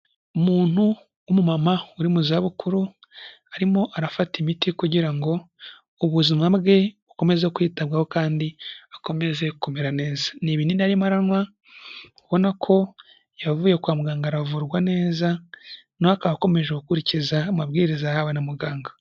Umuntu w'umumama uri mu zabukuru, arimo arafata imiti kugira ngo ubuzima bwe bukomeze kwitabwaho kandi akomeze kumera neza, ni ibinni arimo aranywa, ubona ko yavuye kwa muganga aravurwa neza na we akaba akomeje gukurikiza amabwiriza yahawe na muganga.